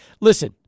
Listen